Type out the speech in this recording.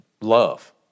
love